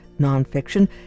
Nonfiction